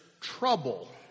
trouble